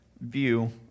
view